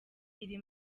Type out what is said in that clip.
iri